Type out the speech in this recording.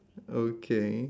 okay